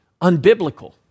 unbiblical